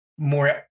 more